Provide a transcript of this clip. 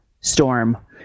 storm